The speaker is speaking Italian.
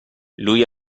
lui